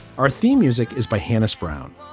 our theme music is by hannis brown.